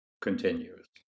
continues